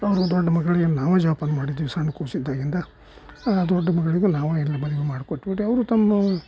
ಅವ್ರ ದೊಡ್ಡ ಮಗಳಿಗೆ ನಾವೇ ಜೋಪಾನ ಮಾಡಿದ್ವಿ ಸಣ್ಣ ಕೂಸಿದ್ದಾಗಿಂದ ದೊಡ್ಡ ಮಗಳಿಗೆ ನಾವೇ ಎಲ್ಲ ಮದುವೆ ಮಾಡಿ ಕೊಟ್ಟುಬಿಟ್ವಿ ಅವರು ತಮ್ಮ